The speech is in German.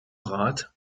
rat